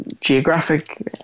geographic